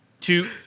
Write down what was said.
Two